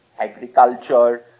agriculture